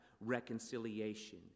reconciliation